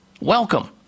Welcome